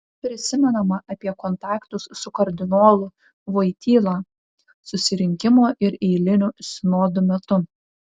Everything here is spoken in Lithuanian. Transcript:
prisimenama apie kontaktus su kardinolu voityla susirinkimo ir eilinių sinodų metu